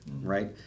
right